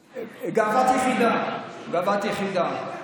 התנגדו, גאוות יחידה, גאוות יחידה.